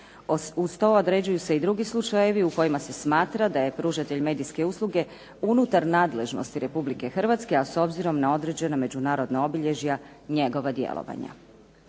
Uz to određuju se i drugi slučajevi u kojima se smatra da je pružatelj medijske usluge unutar nadležnosti Republike Hrvatske, a s obzirom na određene međunarodna obilježja njegova djelovanja.